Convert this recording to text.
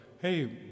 hey